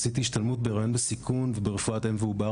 עשיתי השתלמות בהיריון בסיכון וברפואת אם ועובר